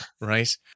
right